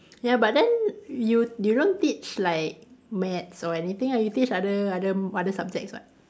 ya but then you you don't teach like maths or anything ah you teach other other other subjects [what]